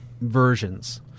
versions